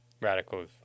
radicals